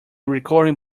recording